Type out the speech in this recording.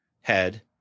head